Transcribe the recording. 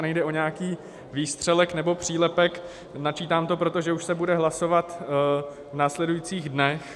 Nejde o nějaký výstřelek nebo přílepek, načítám to proto, že už se bude hlasovat v následujících dnech.